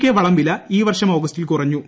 K വളംവില ഈ വർഷം ഓഗസ്റ്റിൽ കുറഞ്ഞു